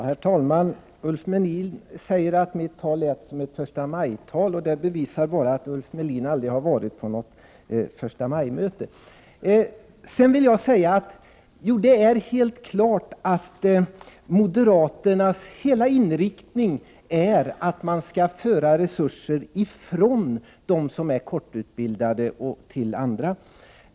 Herr talman! Ulf Melin säger att mitt anförande var som ett förstamajtal. Det bevisar bara att Ulf Melin aldrig har varit på något förstamajmöte. Det är helt klart att moderaternas inriktning är att man skall föra resurser från dem som är kortutbildade till andra.